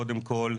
קודם כל,